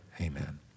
amen